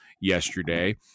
yesterday